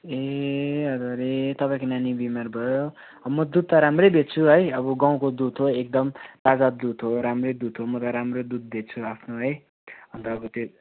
ए हजुर ए तपाईँको नानी बिमार भयो म दुध त राम्रै बेच्छु है अब गाउँको दुध हो एकदम ताजा दुध हो राम्रै दुध हो म त राम्रो दुध बेच्छु आफ्नो है अन्त अब त्यो